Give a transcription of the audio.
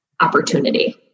opportunity